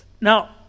Now